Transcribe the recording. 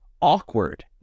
awkward